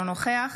אינו נוכח